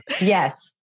Yes